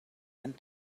went